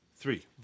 Three